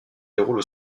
déroule